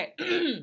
Okay